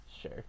Sure